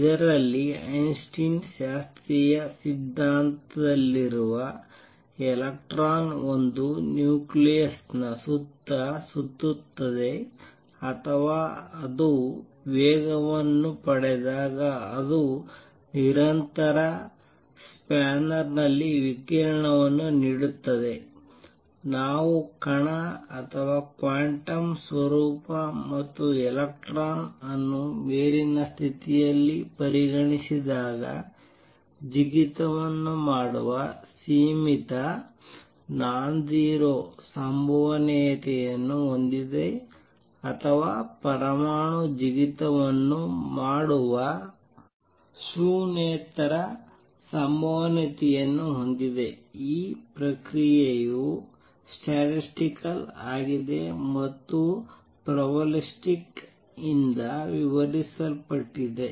ಇದರಲ್ಲಿ ಐನ್ಸ್ಟೈನ್ ಶಾಸ್ತ್ರೀಯ ಸಿದ್ಧಾಂತದಲ್ಲಿರುವ ಎಲೆಕ್ಟ್ರಾನ್ ಒಂದು ನ್ಯೂಕ್ಲಿಯಸ್ ನ ಸುತ್ತ ಸುತ್ತುತ್ತದೆ ಅಥವಾ ಅದು ವೇಗವನ್ನು ಪಡೆದಾಗ ಅದು ನಿರಂತರ ಸ್ಪ್ಯಾನರ್ ನಲ್ಲಿ ವಿಕಿರಣವನ್ನು ನೀಡುತ್ತದೆ ನಾವು ಕಣ ಅಥವಾ ಕ್ವಾಂಟಮ್ ಸ್ವರೂಪ ಮತ್ತು ಎಲೆಕ್ಟ್ರಾನ್ ಅನ್ನು ಮೇಲಿನ ಸ್ಥಿತಿಯಲ್ಲಿ ಪರಿಗಣಿಸಿದಾಗ ಜಿಗಿತವನ್ನು ಮಾಡುವ ಸೀಮಿತ ನಾನ್ಜೆರೋ ಸಂಭವನೀಯತೆಯನ್ನು ಹೊಂದಿದೆ ಅಥವಾ ಪರಮಾಣು ಜಿಗಿತವನ್ನು ಮಾಡುವ ಶೂನ್ಯೇತರ ಸಂಭವನೀಯತೆಯನ್ನು ಹೊಂದಿದೆ ಈ ಪ್ರಕ್ರಿಯೆಯು ಸ್ಟ್ಯಾಟಿಸ್ಟಿಕಲ್ ಆಗಿದೆ ಮತ್ತು ಪ್ರೊಬಬಿಲಿಸ್ಟಿಕ್ ಯಿಂದ ವಿವರಿಸಲ್ಪಟ್ಟಿದೆ